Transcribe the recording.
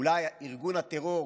אולי ארגון הטרור